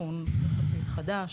תיקון יחסית חדש.